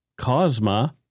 Cosma